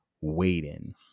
waiting